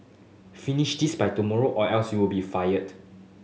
finish this by tomorrow or else you'll be fired